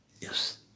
Yes